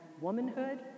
womanhood